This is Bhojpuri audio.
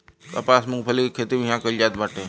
कपास, मूंगफली के खेती भी इहां कईल जात बाटे